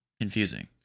confusing